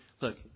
look